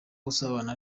usabana